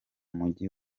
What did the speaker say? mujyi